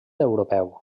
europeu